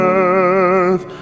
earth